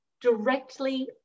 directly